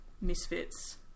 Misfits